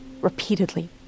Repeatedly